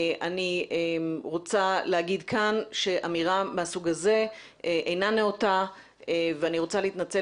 אני רוצה להגיד כאן שאמירה מהסוג הזה אינה נאותה ואני רוצה להתנצל